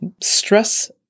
Stress